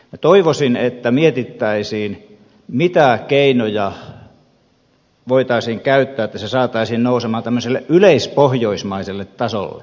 minä toivoisin että mietittäisiin mitä keinoja voitaisiin käyttää että se saataisiin nousemaan tämmöiselle yleispohjoismaiselle tasolle